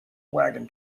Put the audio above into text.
wagon